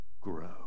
grow